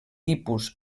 tipus